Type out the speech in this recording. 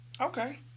Okay